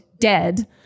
dead